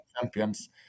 champions